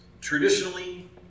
Traditionally